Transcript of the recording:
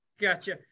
Gotcha